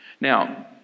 Now